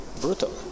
brutal